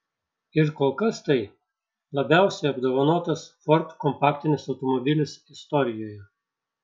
ir kol kas tai labiausiai apdovanotas ford kompaktinis automobilis istorijoje